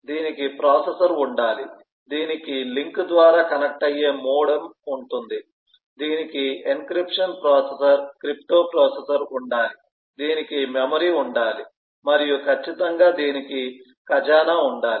దీనికి ప్రాసెసర్ ఉండాలి దీనికి లింక్ ద్వారా కనెక్ట్ అయ్యే మోడెమ్ ఉంటుంది దీనికి ఎన్క్రిప్షన్ ప్రాసెసర్ క్రిప్టో ప్రాసెసర్ ఉండాలి దీనికి మెమరీ ఉండాలి మరియు ఖచ్చితంగా దీనికి ఖజానా ఉండాలి